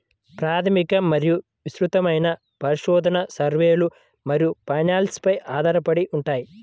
ప్రాథమిక మరియు విస్తృతమైన పరిశోధన, సర్వేలు మరియు ఫైనాన్స్ పై ఆధారపడి ఉంటాయి